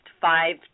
five